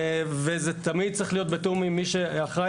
וזה תמיד צריך להיות בתיאום עם מי שאחראי